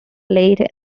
latin